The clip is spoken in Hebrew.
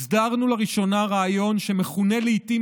הסדרנו לראשונה רעיון שמכונה לעיתים